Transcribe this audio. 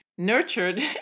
nurtured